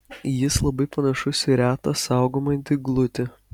jis labai panašus į retą saugomą dyglutį